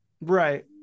right